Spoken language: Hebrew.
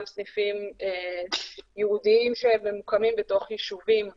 סניפים ייעודיים שממוקמים בתוך יישובים